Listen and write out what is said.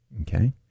Okay